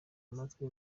amatwi